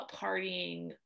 partying